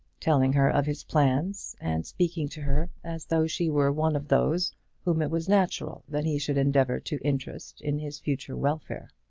telling her of his plans, and speaking to her as though she were one of those whom it was natural that he should endeavour to interest in his future welfare.